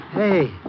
Hey